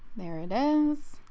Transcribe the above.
there it is.